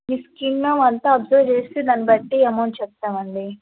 మీ skin అవంతా observe చేస్తే దాని బట్టి అమౌంట్ చెప్తామండి